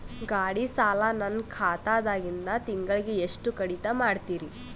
ಗಾಢಿ ಸಾಲ ನನ್ನ ಖಾತಾದಾಗಿಂದ ತಿಂಗಳಿಗೆ ಎಷ್ಟು ಕಡಿತ ಮಾಡ್ತಿರಿ?